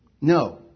No